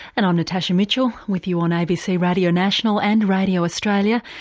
and i'm natasha mitchell with you on abc radio national and radio australia.